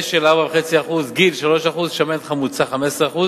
אשל, 4.5%, גיל, 3%, שמנת חמוצה, 15%,